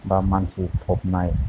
बा मानसि फबनाय